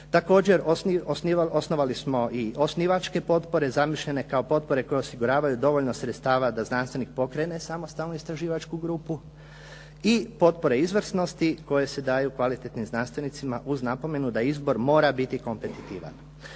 Također osnovali smo i osnivačke potpore, zamišljene kao potpore koje osiguravaju dovoljno sredstva da znanstvenik pokrene samostalnu istraživačku grupu i potpore izvrsnosti koje se daju kvalitetnim znanstvenicima uz napomenu da izbor mora biti kompetitivan.